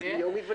מיום היוולדם.